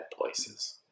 places